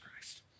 Christ